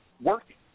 working